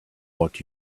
what